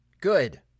good